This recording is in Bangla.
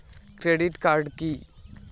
ক্রেডিট কার্ড কি?